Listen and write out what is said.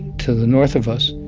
to the north of us.